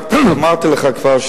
רק אמרתי לך כבר,